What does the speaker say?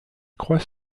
croise